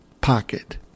pocket